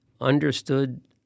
understood